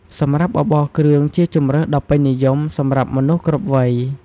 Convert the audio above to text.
សម្រាប់បបរគ្រឿងជាជម្រើសដ៏ពេញនិយម សម្រាប់មនុស្សគ្រប់វ័យ។